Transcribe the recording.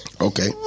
Okay